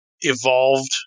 evolved